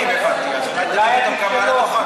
אדוני היושב-ראש,